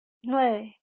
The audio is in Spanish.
nueve